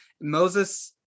Moses